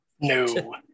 no